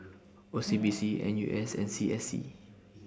O C B C N U S and C S C